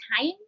time